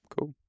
Cool